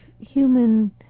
human